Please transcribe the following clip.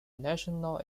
national